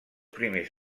primers